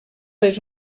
les